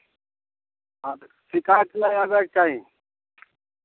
आ शिकायत नहि आबयके चाही